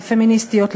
הפמיניסטיות,